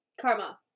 karma